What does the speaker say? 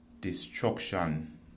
destruction